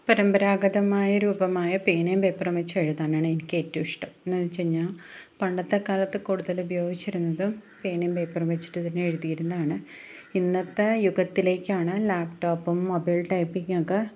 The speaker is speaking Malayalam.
പരമ്പരാഗതമായ രൂപമായ പേനയും പേപ്പറും വെച്ച് എഴുതാനാണ് എനിക്ക് ഏറ്റവും ഇഷ്ടം എന്താണെന്ന് വെച്ച് കഴിഞ്ഞാൽ പണ്ടത്തെ കാലത്ത് കൂടുതൽ ഉപയോഗിച്ചിരുന്നത് പേനയും പേപ്പറും വെച്ചിട്ട് തന്നെ എഴുതിയിരുന്നാണ് ഇന്നത്തെ യുഗത്തിലേക്കാണ് ലാപ്ടോപ്പും മൊബൈൽ ടൈപ്പിംഗൊക്കെ